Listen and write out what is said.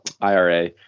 IRA